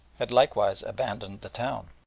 had likewise abandoned the town.